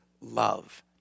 love